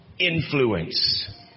influence